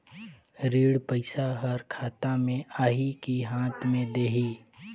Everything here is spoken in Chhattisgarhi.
ऋण पइसा हर खाता मे आही की हाथ मे देही?